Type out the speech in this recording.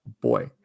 boy